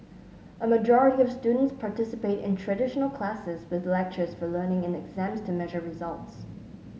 a majority of students participate in traditional classes with lectures for learning and exams to measure results